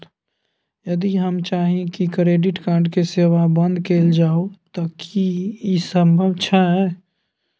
यदि हम चाही की क्रेडिट कार्ड के सेवा बंद कैल जाऊ त की इ संभव छै?